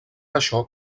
això